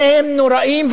שניהם נוראים,